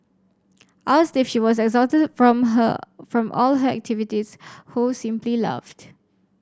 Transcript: asked if she was exhausted from her from all her activities Ho simply laughed